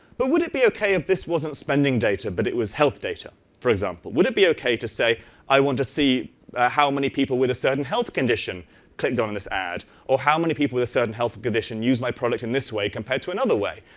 but would it be okay if this wasn't spending data, but it was health on data, for example? would it be okay to say i want to see how many people with a certain health condition clicked on this ad or how many people with a certain health condition use my product in this way compared to another way?